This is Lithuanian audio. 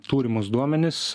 turimus duomenis